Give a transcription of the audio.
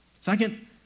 Second